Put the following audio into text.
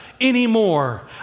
anymore